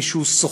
מי שהוא סוחר,